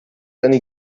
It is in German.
eine